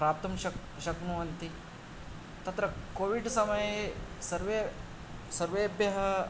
प्राप्तुं शक् शक्नुवन्ति तत्र कोविड् समये सर्वे सर्वेभ्यः